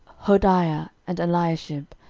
hodaiah, and eliashib,